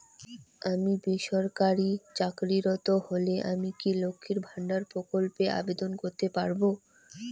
আমি বেসরকারি চাকরিরত হলে আমি কি লক্ষীর ভান্ডার প্রকল্পে আবেদন করতে পারব?